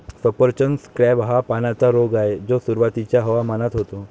सफरचंद स्कॅब हा पानांचा रोग आहे जो सुरुवातीच्या हवामानात होतो